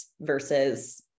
versus